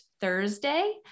Thursday